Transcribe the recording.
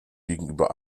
gegenüber